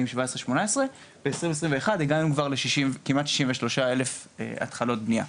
2017 2018. ב-2021 הגענו כבר לכמעט 63,000 התחלות בניה,